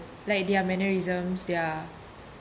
like their mannerism their